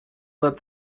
that